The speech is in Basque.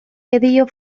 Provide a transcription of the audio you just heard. dio